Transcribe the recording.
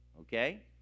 Okay